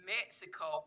Mexico